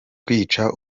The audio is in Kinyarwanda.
kwica